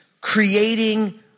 creating